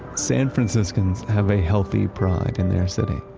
san franciscans have a healthy pride in their city.